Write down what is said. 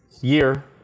year